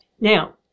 Now